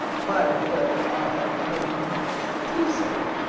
violent girl, however, he called me who, said he,